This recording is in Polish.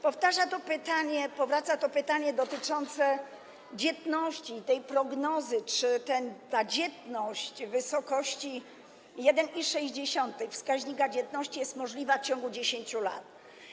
Powtarza się to pytanie, powraca to pytanie dotyczące dzietności i tej prognozy, czy ta dzietność w wysokości 1,6 wskaźnika dzietności jest możliwa w ciągu 10 lat.